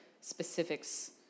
specifics